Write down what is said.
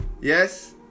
yes